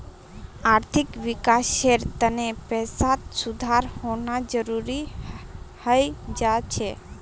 आर्थिक विकासेर तने पैसात सुधार होना जरुरी हय जा छे